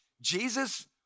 Jesus